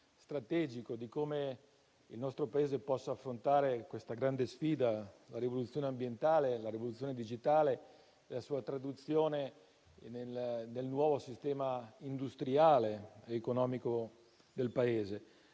strategico di come il nostro Paese possa affrontare la grande sfida della rivoluzione ambientale e della rivoluzione digitale e la sua traduzione nel nuovo sistema industriale ed economico del Paese.